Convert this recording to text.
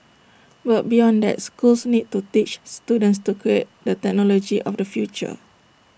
but beyond that schools need to teach students to create the technology of the future